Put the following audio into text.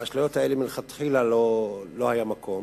לאשליות האלה מלכתחילה לא היה מקום,